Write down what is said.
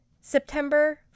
September